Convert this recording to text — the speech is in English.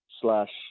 slash